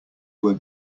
were